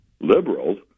liberals